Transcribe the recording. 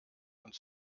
und